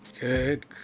Good